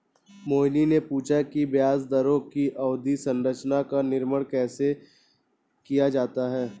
मोहिनी ने पूछा कि ब्याज दरों की अवधि संरचना का निर्माण कैसे किया जाता है?